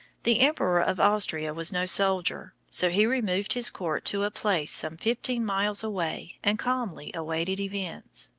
the emperor of austria was no soldier, so he removed his court to a place some fifteen miles away and calmly awaited events.